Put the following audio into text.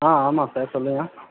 ஆ ஆமாம் சார் சொல்லுங்கள்